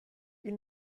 ils